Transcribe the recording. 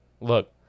look